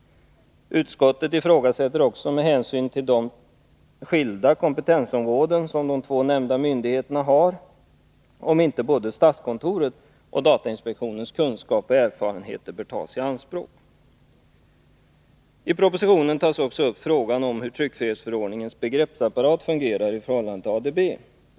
Utskottet ifrågasätter också med hänsyn till de skilda kompetensområden som de två nämnda myndigheterna har om inte både statskontorets och datainspektionens kunskap och erfarenhet bör tas i anspråk. I propositionen tas också upp frågan om hur tryckfrihetsförordningens begreppsapparat fungerar i förhållande till ADB.